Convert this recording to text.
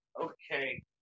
Okay